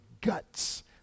guts